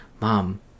mom